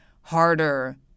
harder